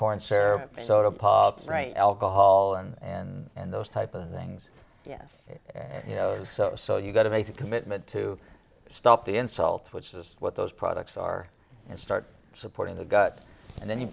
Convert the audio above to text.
corn syrup soda pop right alcohol and and and those type of things yes you know so you've got to make a commitment to stop the insults which is what those products are and start supporting the gut and then he